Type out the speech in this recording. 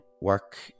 work